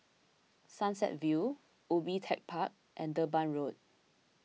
Sunset View Ubi Tech Park and Durban Road